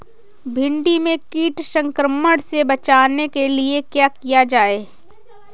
भिंडी में कीट संक्रमण से बचाने के लिए क्या किया जाए?